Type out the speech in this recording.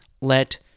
let